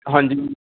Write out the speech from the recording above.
ਹਾਂਜੀ